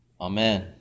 Amen